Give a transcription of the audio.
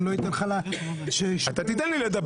כשנתנו לכם את הוועדות שבחרתם לא לקחתם בהן חלק,